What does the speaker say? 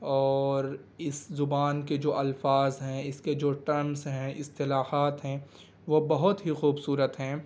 اور اس زبان کے جو الفاظ ہیں اس کے جو ٹرمس ہیں اصطلاحات ہیں وہ بہت ہی خوبصورت ہیں